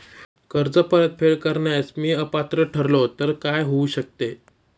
कर्ज परतफेड करण्यास मी अपात्र ठरलो तर काय होऊ शकते?